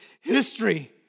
history